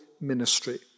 ministry